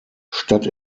statt